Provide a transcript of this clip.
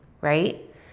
right